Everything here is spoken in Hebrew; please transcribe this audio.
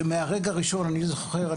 שמהרגע הראשון ואני זוכר,